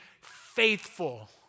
faithful